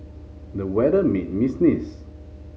the weather made me sneeze